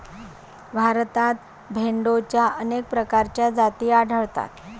भारतात भेडोंच्या अनेक प्रकारच्या जाती आढळतात